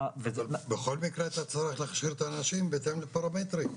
בכל מקרה אתה צריך להכשיר את האנשים בהתאם לפרמטרים.